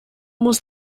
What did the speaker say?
muss